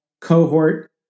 cohort